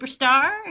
superstar